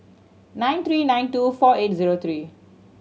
nine three nine two four eight zero three